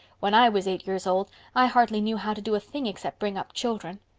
when i was eight years old i hardly knew how to do a thing except bring up children.